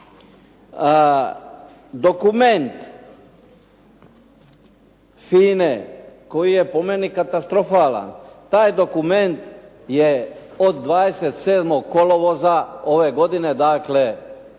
Dokument FINA-e koji je po meni katastrofalan, taj dokument je od 27. kolovoza ove godine, dakle